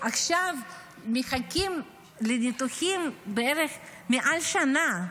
ועכשיו מחכים לניתוחים בערך מעל לשנה.